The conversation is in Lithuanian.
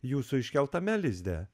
jūsų iškeltame lizde